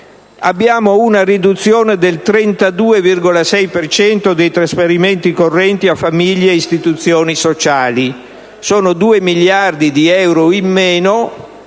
Abbiamo una riduzione del 32,6 per cento dei trasferimenti correnti a famiglie e istituzioni sociali: sono 2 miliardi di euro in meno